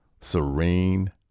serene